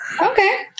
Okay